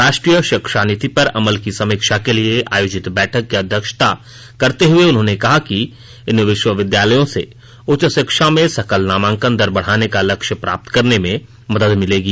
राष्ट्रीय शिक्षा नीति पर अमल की समीक्षा के लिए आयोजित बैठक की अध्यक्षता करते हुए उन्होंने कहा कि इन विश्वविद्यालयों से उच्च शिक्षा में सकल नामांकन दर बढ़ाने का लक्ष्य प्राप्त करने में मदद मिलेगी